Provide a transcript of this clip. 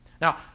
Now